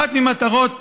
אחת ממטרות